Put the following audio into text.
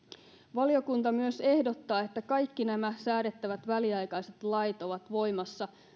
valiokunta myös ehdottaa että kaikki nämä säädettävät väliaikaiset lait ovat voimassa